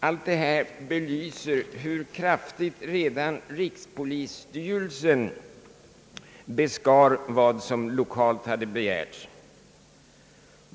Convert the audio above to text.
Allt detta belyser hur kraftigt redan rikspolisstyrelsen beskar vad som lokalt hade begärts.